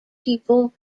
people